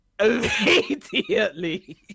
immediately